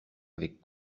avec